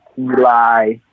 Eli